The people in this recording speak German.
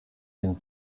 den